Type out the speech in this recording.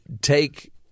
take